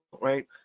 right